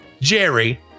Jerry